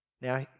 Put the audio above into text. Now